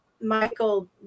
Michael